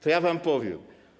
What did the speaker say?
To ja wam powiem.